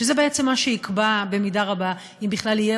שזה בעצם מה שיקבע במידה רבה אם בכלל יהיה